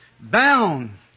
Bound